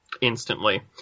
instantly